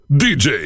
dj